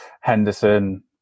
henderson